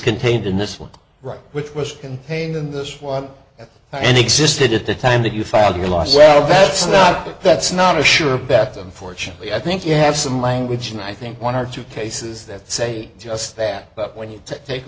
contained in this one right which was contained in this one and existed at the time that you filed your loss well that's not that's not a sure bet unfortunately i think you have some language and i think one or two cases that say just that but when you take a